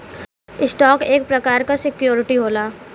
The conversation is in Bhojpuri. स्टॉक एक प्रकार क सिक्योरिटी होला